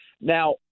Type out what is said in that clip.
Now